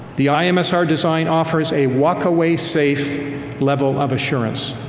the i-msr design offers a walk-away safe level of assurance.